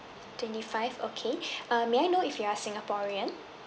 twenty five okay uh may I know if you are singaporean